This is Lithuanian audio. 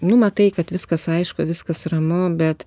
nu matai kad viskas aišku viskas ramu bet